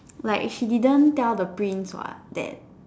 like she didn't tell the prince what that